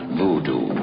Voodoo